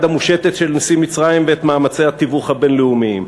המושטת של נשיא מצרים ואת מאמצי התיווך הבין-לאומיים.